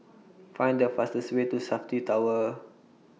Find The fastest Way to Safti Tower